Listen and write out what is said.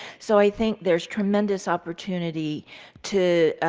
so, i think there's tremendous opportunity to